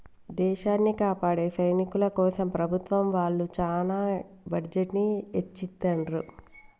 దేశాన్ని కాపాడే సైనికుల కోసం ప్రభుత్వం వాళ్ళు చానా బడ్జెట్ ని ఎచ్చిత్తండ్రు